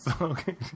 okay